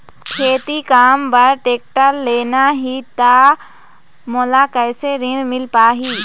खेती काम बर टेक्टर लेना ही त मोला कैसे ऋण मिल पाही?